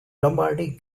lombardi